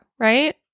Right